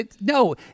no